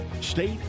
state